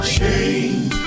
change